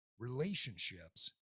Relationships